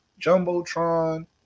Jumbotron